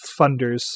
funders